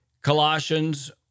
Colossians